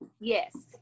Yes